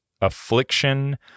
affliction